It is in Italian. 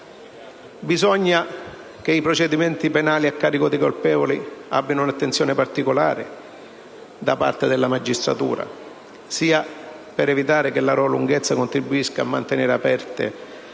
Bisogna che i procedimenti penali a carico dei colpevoli abbiano un'attenzione particolare da parte della magistratura, sia per evitare che la loro lunghezza contribuisca a mantenere aperte